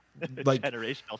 generational